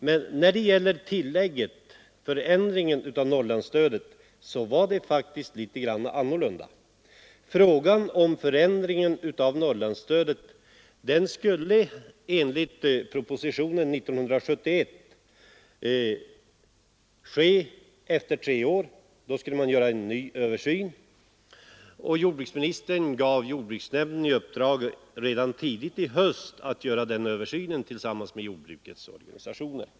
Men när det gäller förändringen av Norrlandsstödet var det faktiskt litet annorlunda. Enligt propositionen 1974:1 skulle en ny översyn av Norrlandsstödet ske efter tre år. Jordbruksministern gav jordbruksnämnden i uppdrag redan tidigt i höstas att göra den översynen tillsammans med jordbrukets organisationer.